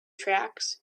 tracts